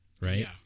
right